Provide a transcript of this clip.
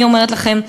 אני אומרת לכם,